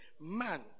man